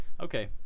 Okay